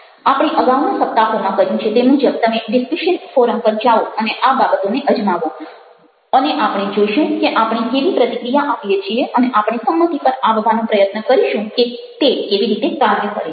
આપણે અગાઉના સપ્તાહોમાં કર્યું છે તે મુજબ તમે ડિસ્કશન ફોરમ પર જાઓ અને આ બાબતોને અજમાવો અને આપણે જોઈશું કે આપણે કેવી પ્રતિક્રિયા આપીએ છીએ અને આપણે સંમતિ પર આવવાનો પ્રયત્ન કરીશું કે તે કેવી રીતે કાર્ય કરે છે